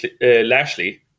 Lashley